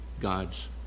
God's